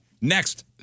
Next